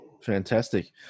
Fantastic